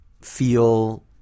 feel